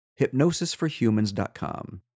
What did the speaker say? hypnosisforhumans.com